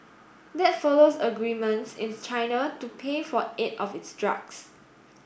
that follows agreements in China to pay for eight of its drugs